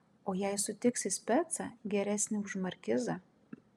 o jei sutiksi specą geresnį už markizą